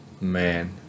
Man